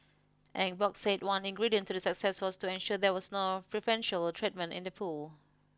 Eng Bock said one ingredient to the success was to ensure there was nor preferential treatment in the pool